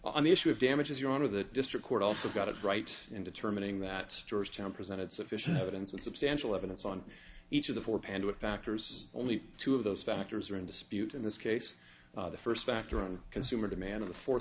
on the issue of damages your honor that district court also got it right in determining that georgetown presented sufficient evidence and substantial evidence on each of the four panda factors only two of those factors are in dispute in this case the first factor on consumer demand